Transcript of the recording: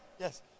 Yes